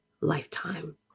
lifetime